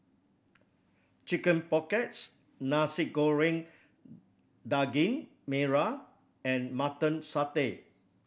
chicken pockets Nasi Goreng Daging Merah and Mutton Satay